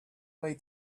way